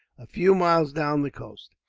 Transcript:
a few miles down the coast.